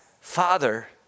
Father